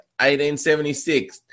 1876